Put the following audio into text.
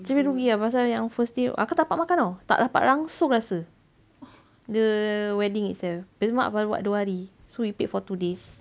kira rugi lah pasal yang first day tu kakak tak dapat makan [tau] tak dapat langsung rasa the wedding itself lepas tu mak baru buat dua hari so repeat for two days